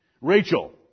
Rachel